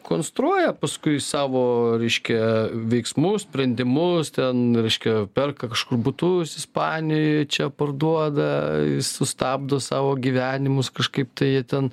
konstruoja paskui savo reiškia veiksmus sprendimus ten reiškia perka kažkur butus ispanijoj čia parduoda sustabdo savo gyvenimus kažkaip tai jie ten